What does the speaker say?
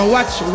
Watch